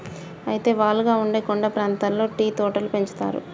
అయితే వాలుగా ఉండే కొండ ప్రాంతాల్లో టీ తోటలు పెంచుతారు